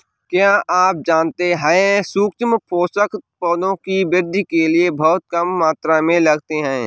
क्या आप जानते है सूक्ष्म पोषक, पौधों की वृद्धि के लिये बहुत कम मात्रा में लगते हैं?